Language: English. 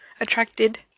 Attracted